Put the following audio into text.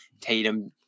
Tatum